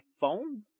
phone